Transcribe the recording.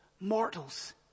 mortals